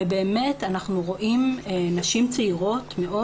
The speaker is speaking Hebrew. באמת אנחנו רואים נשים צעירות מאוד